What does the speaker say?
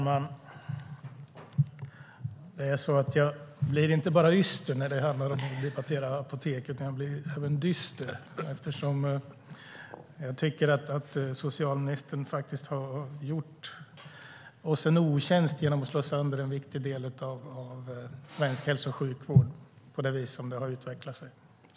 Herr talman! Jag blir inte bara yster när det handlar om att debattera apoteket, utan jag blir även dyster, eftersom jag tycker att socialministern har gjort oss en otjänst genom att slå sönder en viktig del av svensk hälso och sjukvård på det vis som det har utvecklat sig.